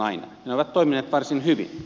ne ovat toimineet varsin hyvin